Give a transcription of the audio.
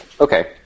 Okay